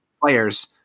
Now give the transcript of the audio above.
players